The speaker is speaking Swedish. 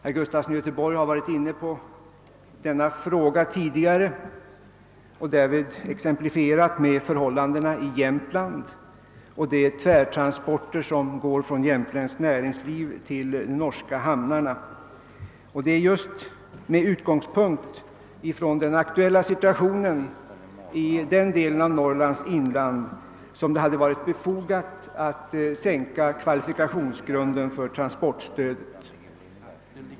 Herr Gustafson i Göteborg har tidigare berört denna fråga och exemplifierat den med förhållandena i Jämtland och de tvärtransporter som går från det jämtländska näringslivet till de norska hamnarna. Med hänsyn till den aktuella situationen i den delen av Norrlands inland hade det varit befogat att sänka kvalifikationsgrunden för transportstödet.